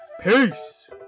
Peace